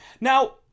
Now